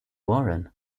warren